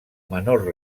menor